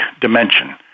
dimension